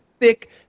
thick